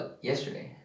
yesterday